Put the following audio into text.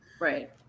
Right